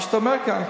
מה שאתה אומר כאן,